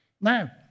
Now